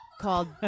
called